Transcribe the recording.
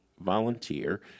volunteer